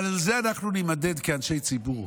אבל על זה אנחנו נימדד כאנשי ציבור,